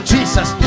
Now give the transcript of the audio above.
Jesus